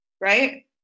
right